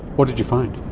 what did you find?